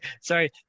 sorry